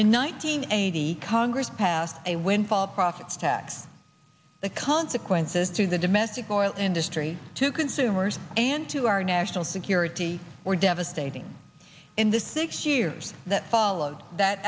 and nineteen eighty congress passed a windfall profits tax the consequences to the domestic oil industry to consumers and to our national security were devastating in the six years that followed that